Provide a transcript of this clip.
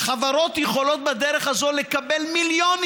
חברות יכולות בדרך הזאת לקבל מיליונים